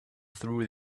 through